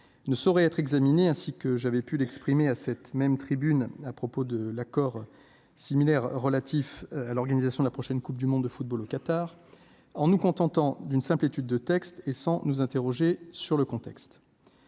ne saurait être examinée ainsi que j'avais pu l'exprimer à cette même tribune à propos de l'accord similaire relatif à l'organisation de la prochaine Coupe du monde de football au Qatar en nous contentant d'une simple étude de texte et sans nous interroger sur le contexte